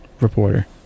reporter